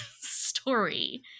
story